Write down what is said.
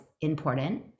important